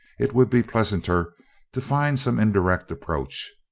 it would be pleasanter to find some indirect approach.